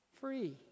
free